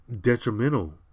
detrimental